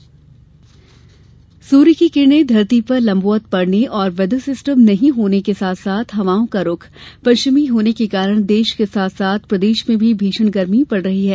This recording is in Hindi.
गर्मी सूर्य की किरणें धरती पर लम्बवत पड़ने कोई व्हैदर सिस्टम नहीं होने के साथ साथ हवाओं का रुख पश्चिमी होने के कारण देश के साथ साथ प्रदेश में भी भीषण गर्मी पड़ रही है